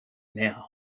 now